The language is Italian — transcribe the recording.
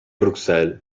bruxelles